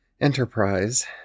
Enterprise